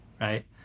right